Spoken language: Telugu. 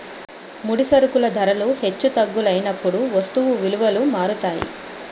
ముడి సరుకుల ధరలు హెచ్చు తగ్గులైనప్పుడు వస్తువు విలువలు మారుతాయి